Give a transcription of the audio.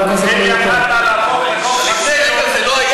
אם יכולת להפוך לחוק, תודה.